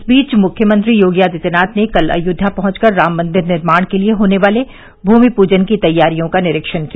इस बीच मुख्यमंत्री योगी आदित्यनाथ ने कल अयोध्या पहुंचकर राम मंदिर निर्माण के लिए होने वाले भूमि पूजन की तैयारियों का निरीक्षण किया